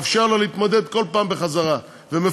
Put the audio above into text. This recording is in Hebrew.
מאפשר לה להתמודד כל פעם בחזרה ומפרש